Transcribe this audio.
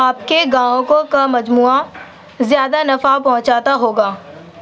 آپ کے گاہکوں کا مجموعہ زیادہ نفع پہنچاتا ہوگا